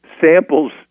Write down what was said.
samples